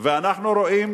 ואנחנו רואים